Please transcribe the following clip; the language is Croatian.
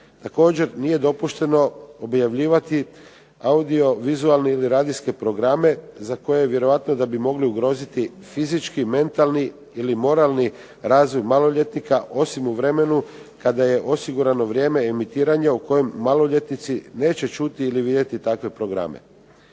Također nije dopušteno objavljivati audiovizualne ili radijske programe za koje je vjerojatno da bi mogli ugroziti fizički, mentalni ili moralni razvoj maloljetnika, osim u vremenu kada je osigurano vrijeme emitiranja u kojem maloljetnici neće čuti ili vidjeti takve programe.